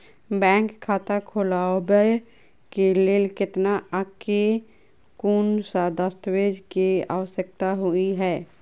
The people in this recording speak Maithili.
बैंक खाता खोलबाबै केँ लेल केतना आ केँ कुन सा दस्तावेज केँ आवश्यकता होइ है?